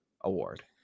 award